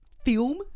film